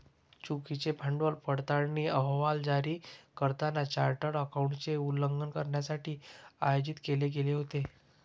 चुकीचे भांडवल पडताळणी अहवाल जारी करताना चार्टर्ड अकाउंटंटचे उल्लंघन करण्यासाठी आयोजित केले गेले होते